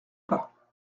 pas